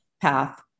path